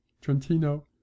Trentino